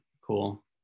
cool